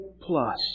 plus